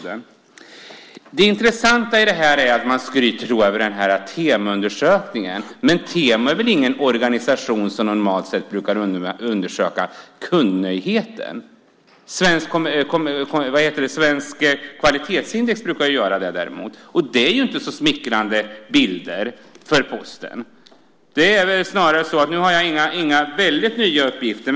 Det intressanta är att man skryter över Temoundersökningen. Men Temo är väl ingen organisation som normalt sett brukar undersöka kundnöjdhet. Svenskt Kvalitetsindex brukar däremot göra det, och då blir det inte en så smickrande bild för Posten. Jag har inga helt nya uppgifter.